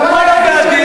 את כל הוועדים.